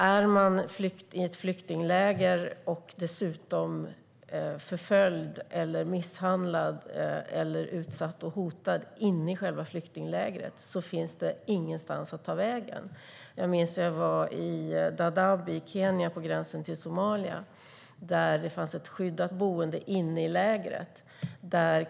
Om man är i ett flyktingläger och dessutom blir förföljd, misshandlad, utsatt eller hotad inne i själva flyktinglägret finns det ingenstans att ta vägen. Jag var i Dadaab i Kenya, på gränsen till Somalia. Där fanns det ett skyddat boende inne i lägret.